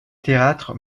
théâtre